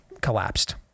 collapsed